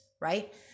right